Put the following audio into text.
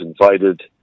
invited